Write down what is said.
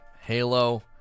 halo